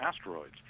asteroids